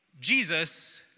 Jesus